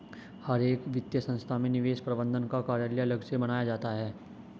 हर एक वित्तीय संस्था में निवेश प्रबन्धन का कार्यालय अलग से बनाया जाता है